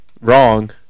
Wrong